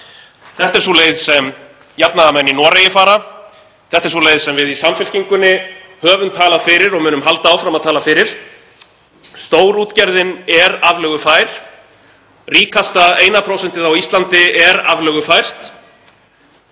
Þetta er sú leið sem jafnaðarmenn í Noregi fara. Þetta er sú leið sem við í Samfylkingunni höfum talað fyrir og munum halda áfram að tala fyrir. Stórútgerðin er aflögufær. Ríkasta eina prósentið á Íslandi er aflögufært.